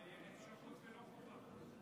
זאת זכות ולא חובה.